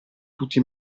tutti